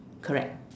correct